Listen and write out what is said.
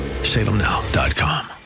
Salemnow.com